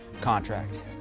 contract